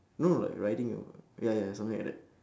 no like riding uh ya ya something like that